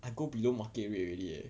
I go below market rate already leh